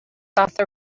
author